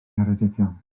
ngheredigion